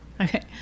Okay